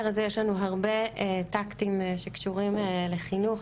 הזה יש לנו הרבה טקטים שקשורים לחינוך,